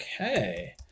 Okay